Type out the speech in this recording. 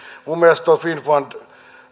minun mielestäni tuo finnfund